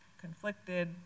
conflicted